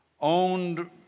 owned